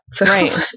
Right